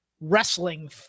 wrestling